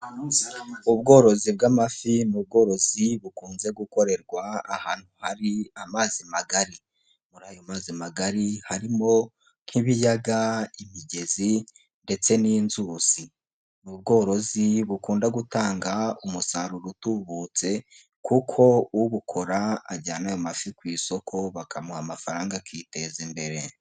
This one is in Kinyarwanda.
Ubworozi bw'amafi ni ubworozi bukunze gukorerwa ahantu hari amazi magari, muri ayo mazi magari harimo nk'ibiyaga, imigezi ndetse n'inzuzi, ni ubworozi bukunda gutanga umusaruro utubutse kuko ubukora ajyana ayo amafi ku isoko bakamuha amafaranga akiteza imbere.